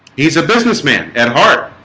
he's a businessman at heart,